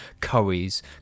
curries